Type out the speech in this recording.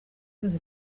cyose